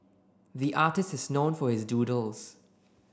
the artist is known for his doodles